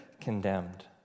condemned